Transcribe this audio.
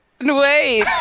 Wait